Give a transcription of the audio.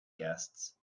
guests